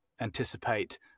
anticipate